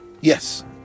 Yes